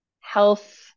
health